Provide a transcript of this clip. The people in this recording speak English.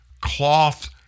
cloth